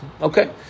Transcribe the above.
Okay